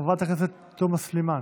חברת הכנסת תומא סלימאן,